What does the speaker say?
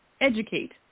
educate